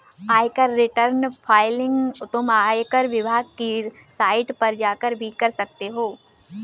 आयकर return filing तुम आयकर विभाग की साइट पर जाकर भी कर सकते हो